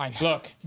look